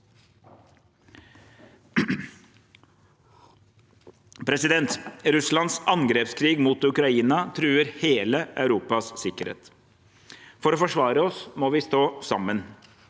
norsk lov. Russlands angrepskrig mot Ukraina truer hele Europas sikkerhet. For å forsvare oss må vi stå sammen.